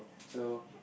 so